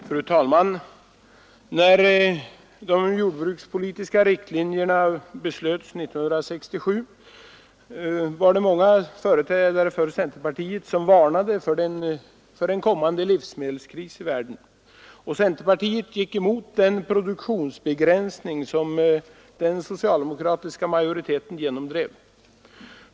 Fru talman! När de jordbrukspolitiska riktlinjerna beslöts år 1967 var det många företrädare för centerpartiet som varnade för en kommande livsmedelskris i världen, och centerpartiet gick emot den produktionsbegränsning som den socialdemokratiska majoriteten genomdrev.